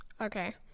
okay